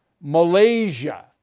Malaysia